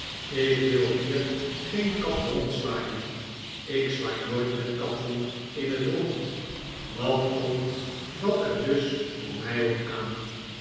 ik wil hier geen kat rondzwaaien ik zwaai nooit met katten in het rond wat komt dat er dus voor mij op aan